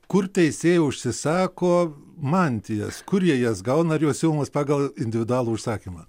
kur teisėjai užsisako mantijas kur jie jas gauna ar jo siūvamos pagal individualų užsakymą